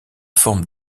forme